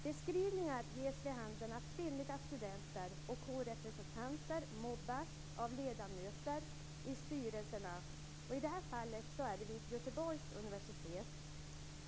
Beskrivningar ger vid handen att kvinnliga studenter och kårrepresentanter mobbas av ledamöter i styrelserna. I det här fallet gäller det Göteborgs universitet.